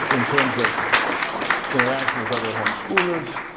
in terms of interaction with other homeschoolers.